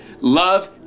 Love